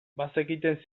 bazekiten